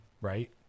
right